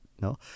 no